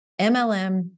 MLM